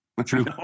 True